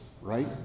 right